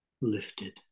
lifted